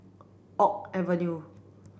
Oak Avenue